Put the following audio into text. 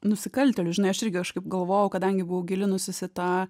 nusikaltėlius žinai aš irgi kažkaip galvojau kadangi buvau gilinusis į tą